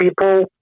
people